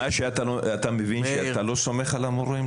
אתה מבין שאתה לא סומך על המורים?